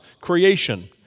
creation